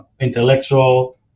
intellectual